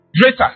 greater